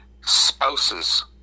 spouses